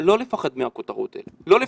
לא לפחד מהכותרת האלה, לא לפחד,